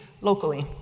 locally